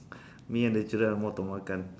me and the children are more to makan